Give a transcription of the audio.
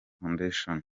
foundation